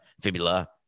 fibula